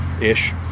ish